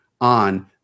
on